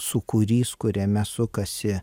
sūkurys kuriame sukasi